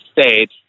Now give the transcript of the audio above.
state